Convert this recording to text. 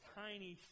tiny